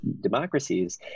democracies